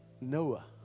Noah